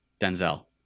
Denzel